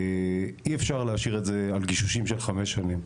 אי אפשר להשאיר את זה על גישושים של חמש שנים,